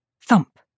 thump